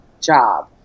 job